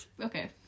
Okay